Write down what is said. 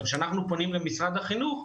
כשאנחנו פונים למשרד החינוך,